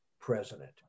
president